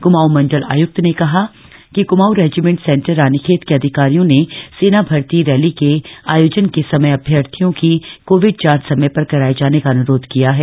क्माऊं मण्डल आय्क्त ने कहा कि क्माऊं रेजिमेंट सेन्टर रानीखेत के अधिकारियों ने सेना भर्ती रैली के आयोजन के समय अभ्यर्थियों की कोविड जांच समय पर कराये जाने का अन्रोध किया है